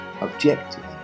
objective